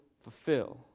fulfill